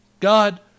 God